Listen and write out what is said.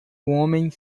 homem